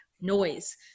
noise